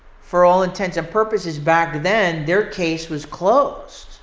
for all intents and purposes, back then, their case was closed.